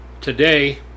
Today